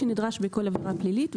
שנדרש בכל עבירה פלילית,